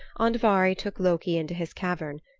andvari took loki into his cavern,